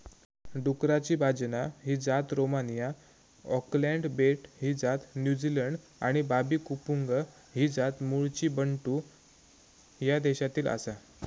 डुकराची बाजना ही जात रोमानिया, ऑकलंड बेट ही जात न्युझीलंड आणि बाबी कंपुंग ही जात मूळची बंटू ह्या देशातली आसा